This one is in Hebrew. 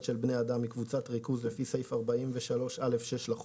של בני אדם היא קבוצת ריכוז לפי סעיף 43(א)(6) לחוק,